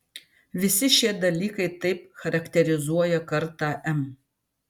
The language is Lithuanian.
visi šie dalykai taip charakterizuoja kartą m